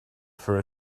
for